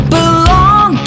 belong